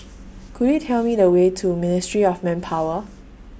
Could YOU Tell Me The Way to Ministry of Manpower